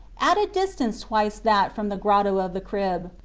at a distance twice that from the grotto of the crib,